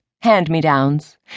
hand-me-downs